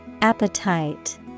Appetite